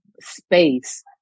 space